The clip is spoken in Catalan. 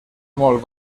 molt